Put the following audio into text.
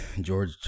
George